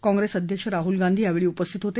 काँप्रेसअध्यक्ष राहुल गांधी यावेळी उपस्थित होते